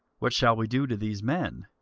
what shall we do to these men?